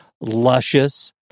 luscious